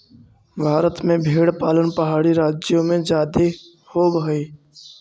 भारत में भेंड़ पालन पहाड़ी राज्यों में जादे होब हई